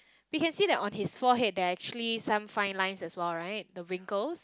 we can see that on his forehead there are actually some fine lines as well right the wrinkles